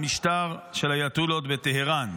המשטר של האייתוללות בטהראן.